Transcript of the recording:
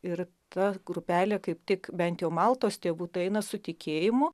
ir ta grupelė kaip tik bent jau maltos tėvų tai eina su tikėjimu